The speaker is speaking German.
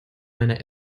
meiner